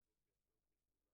חזק ואמץ.